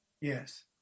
Yes